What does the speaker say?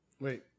wait